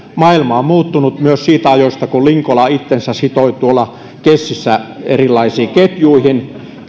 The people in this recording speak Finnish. maailma on muuttunut myös niistä ajoista kun linkola itsensä sitoi tuolla kessissä erilaisiin ketjuihin